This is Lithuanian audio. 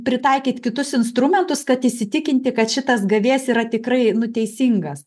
pritaikyt kitus instrumentus kad įsitikinti kad šitas gavėjas yra tikrai nu teisingas